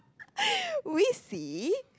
we see